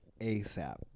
ASAP